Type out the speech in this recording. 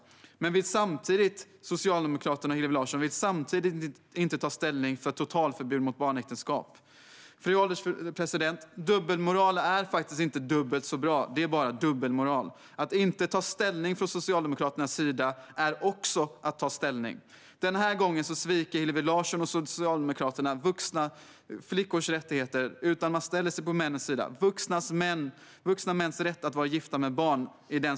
Men Socialdemokraterna och Hillevi Larsson vill samtidigt inte ta ställning för ett totalförbud mot barnäktenskap. Fru ålderspresident! Dubbelmoral är faktiskt inte dubbelt så bra. Det är bara dubbelmoral. Att inte ta ställning från Socialdemokraternas sida är också att ta ställning. Den här gången sviker Hillevi Larsson och Socialdemokraterna flickors rättigheter och ställer sig på männens sida, för vuxna mäns rätt att vara gifta med barn.